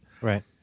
Right